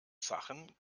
sachen